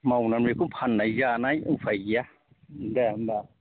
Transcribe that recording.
मावनानै बेखौ फाननाय जानाय उफाय गैया दे होमबा